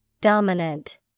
Dominant